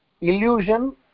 illusion